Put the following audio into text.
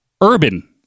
urban